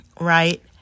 right